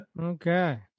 Okay